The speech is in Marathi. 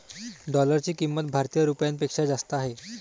डॉलरची किंमत भारतीय रुपयापेक्षा जास्त आहे